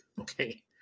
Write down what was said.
Okay